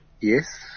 Yes